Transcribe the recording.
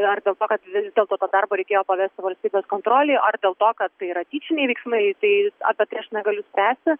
ar dėl to kad vis dėlto tą darbą reikėjo pavesti valstybės kontrolei ar dėl to kad tai yra tyčiniai veiksmai tai apie tai aš negaliu spręsti